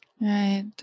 Right